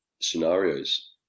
scenarios